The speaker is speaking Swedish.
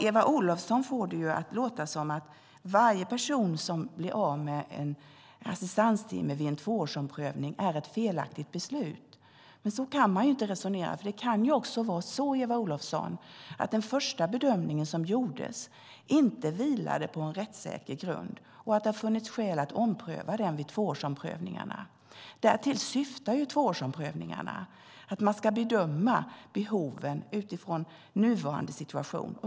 Eva Olofsson får det att låta som att varje beslut om att en person ska bli av med en assistanstimme vid en tvåårsomprövning grundar sig i en felaktig bedömning. Så kan man inte resonera. Det kan också vara så, Eva Olofsson, att den första bedömningen inte vilade på en rättssäker grund och att det har funnits skäl att ompröva bedömningen vid tvåårsomprövningarna. Därtill syftar tvåårsomprövningarna till att bedöma behoven utifrån nuvarande situation.